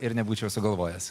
ir nebūčiau sugalvojęs